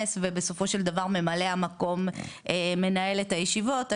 ובסופו של דבר ממלא המקום מנהל את הישיבות.